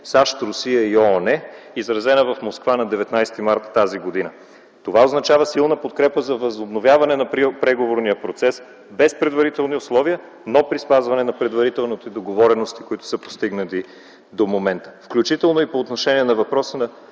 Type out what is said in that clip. САЩ, Русия и ООН, изразена в Москва на 19 март т.г. Това означава силна подкрепа за възобновяване на преговорния процес без предварителни условия, но при спазване на предварителните договорености, които са постигнати до момента, включително и по отношение на въпроса за